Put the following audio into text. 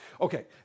Okay